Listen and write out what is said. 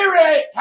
spirit